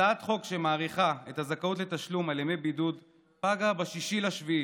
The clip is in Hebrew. הצעת חוק שמאריכה את הזכאות לתשלום על ימי בידוד פגה ב-6 ביולי,